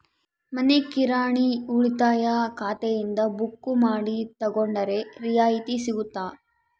ಮನಿ ಕಿರಾಣಿ ಉಳಿತಾಯ ಖಾತೆಯಿಂದ ಬುಕ್ಕು ಮಾಡಿ ತಗೊಂಡರೆ ರಿಯಾಯಿತಿ ಸಿಗುತ್ತಾ?